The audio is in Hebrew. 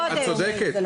את צודקת.